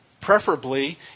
preferably